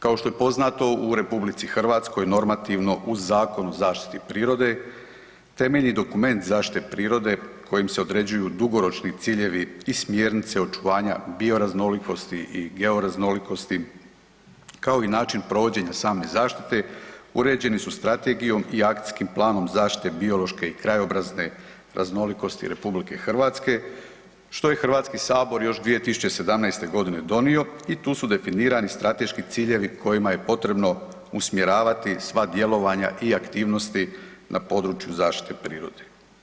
Kao što je poznato u RH normativno uz Zakon o zaštiti prirode temeljni dokument zaštite prirode kojim se određuju dugoročni ciljevi i smjernice očuvanja bioraznolikosti i georaznolikosti kao i način provođenja same zaštite uređeni su strategijom i Akacijskim planom zaštite biološke i krajobrazne raznolikosti RH, što je HS još 2017.g. donio i tu su definirani strateški ciljevi kojima je potrebno usmjeravati sva djelovanja i aktivnosti na području zaštite prirode.